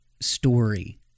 story